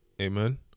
Amen